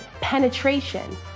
Penetration